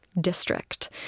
district